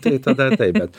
tai tada taip bet